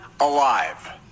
alive